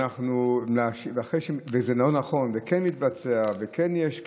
וזה לא נכון וכן מתבצע וכן יש קיזוז,